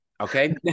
Okay